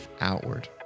outward